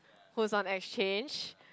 who is on exchange